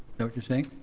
that what you're saying?